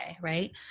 right